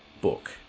book